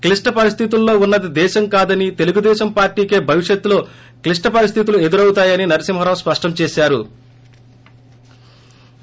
క్లిష్ట పరిస్థితుల్లో ఉన్నది దేశం కాదని తెలుగుదేశం పార్టీకే భవిష్యత్లో క్లిష్ట పరిస్థితులు ఎదురవుతాయని నరసింహారావు స్పష్టం చేశారు